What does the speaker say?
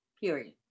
period